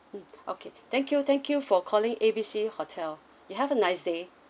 mm okay thank you thank you for calling A B C hotel you have a nice day